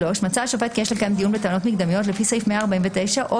מצא השופט כי יש לקיים דיון בטענות מקדמיות לפי סעיף 149 או